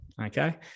okay